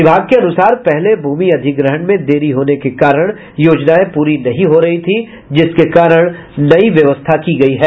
विभाग के अनुसार पहले भूमि अधिग्रहण में देरी होने के कारण योजनायें पूरी नहीं हो रही थी जिसके कारण नई व्यवस्था की गयी है